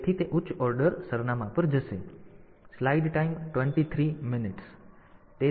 તેથી તે ઉચ્ચ ઓર્ડર સરનામા પર જશે